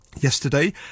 Yesterday